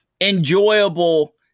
enjoyable